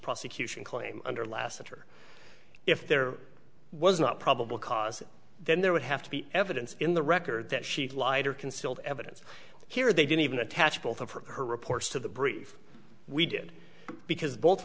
prosecution claim under lassiter if there was not probable cause then there would have to be evidence in the record that she lied or concealed evidence here they didn't even attach both of her reports to the brief we did because both